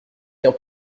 qu’un